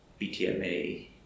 BTMA